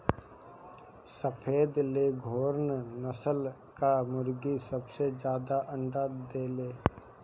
सफ़ेद लेघोर्न नस्ल कअ मुर्गी सबसे ज्यादा अंडा देले